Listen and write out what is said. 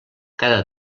cada